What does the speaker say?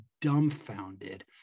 dumbfounded